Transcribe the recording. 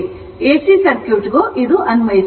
AC ಸರ್ಕ್ಯೂಟ್ಗೂ ಇದು ಅನ್ವಯಿಸುತ್ತದೆ